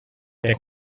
que